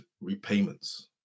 repayments